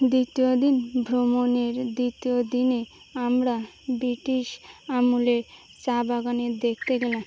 দ্বিতীয় দিন ভ্রমণের দ্বিতীয় দিনে আমরা ব্রিটিশ আমলে চা বাগানে দেখতে গেলাম